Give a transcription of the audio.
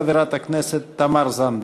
חברת הכנסת תמר זנדברג.